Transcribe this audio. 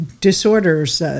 disorders